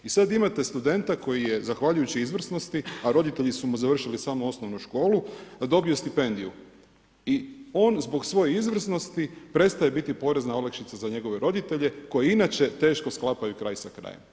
I sada imate studenta koji je zahvaljujući izvrsnosti, a roditelji su mu završili samo osnovnu školu dobio stipendiju i on zbog svoje izvrsnosti prestaje biti porezna olakšica za njegove roditelje koji inače teško sklapaju kraj sa krajem.